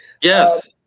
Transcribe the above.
Yes